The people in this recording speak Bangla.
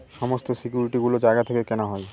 সমস্ত সিকিউরিটি গুলো জায়গা থেকে কেনা হয়